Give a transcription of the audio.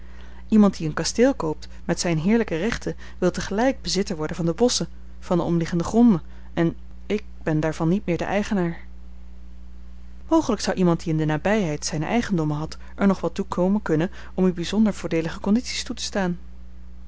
iemand die een kasteel koopt met zijne heerlijke rechten wil tegelijk bezitter worden van de bosschen van de omliggende gronden en ik ben daarvan niet meer de eigenaar mogelijk zou iemand die in de nabijheid zijne eigendommen had er nog wel toe komen kunnen om u bijzonder voordeelige condities toe te staan